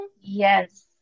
Yes